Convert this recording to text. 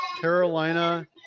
Carolina